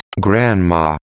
Grandma